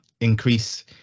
Increase